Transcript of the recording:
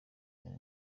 imena